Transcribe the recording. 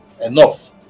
enough